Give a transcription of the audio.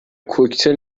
کوکتل